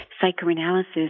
psychoanalysis